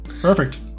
Perfect